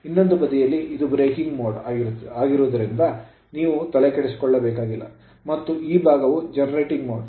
ಇನ್ನೊಂದು ಬದಿಯಲ್ಲಿ ಇದು ಬ್ರೇಕಿಂಗ್ ಮೋಡ್ ಆಗುತ್ತಿರುವುದರಿಂದ ನೀವು ತಲೆಕೆಡಿಸಿಕೊಳ್ಳಬೇಕಾಗಿಲ್ಲ ಮತ್ತು ಈ ಭಾಗವು generating mode ಮೋಡ್